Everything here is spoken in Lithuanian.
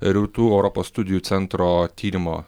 rytų europos studijų centro tyrimo